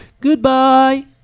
goodbye